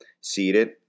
seated